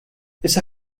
issa